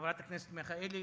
חברת הכנסת מיכאלי,